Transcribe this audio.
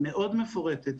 מאוד מפורטת,